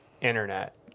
internet